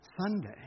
Sunday